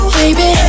baby